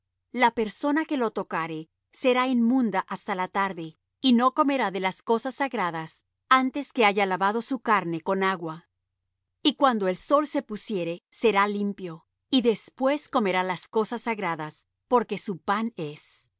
la persona que lo tocare será inmunda hasta la tarde y no comerá de las cosas sagradas antes que haya lavado su carne con agua y cuando el sol se pusiere será limpio y después comerá las cosas sagradas porque su pan es